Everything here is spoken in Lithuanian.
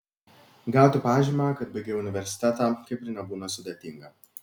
gauti pažymą kad baigei universitetą kaip ir nebūna sudėtinga